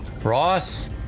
Ross